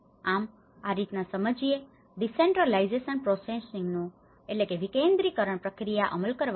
આમ આ રીતના સમજીને ડિસેન્ટ્રલાઈજેશન પ્રોસેસનો decentralization process વિકેન્દ્રીકરણ પ્રક્રિયા અમલ કરવામાં આવ્યો